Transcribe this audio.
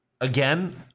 again